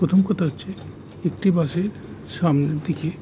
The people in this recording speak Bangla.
প্রথম কথা হচ্ছে একটি বাসের সামনের দিকে